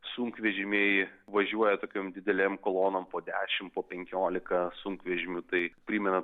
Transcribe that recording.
sunkvežimiai važiuoja tokiom didelėm kolonom po dešimt po penkioliką sunkvežimių tai primena